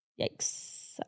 Yikes